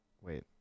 wait